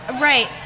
Right